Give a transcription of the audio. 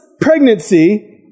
pregnancy